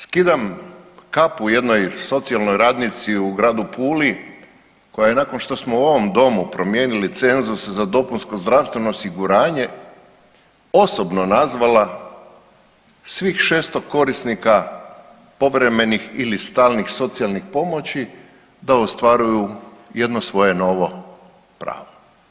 Znate, skidam kapu jednoj socijalnoj radnici u gradu Puli koja je nakon što smo u ovom domu promijenili cenzus za dopunsko zdravstveno osiguranje osobno nazvala svih 600 korisnika povremenih ili stalnih socijalnih pomoći da ostvaruju jedno svoje novo pravo.